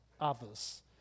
others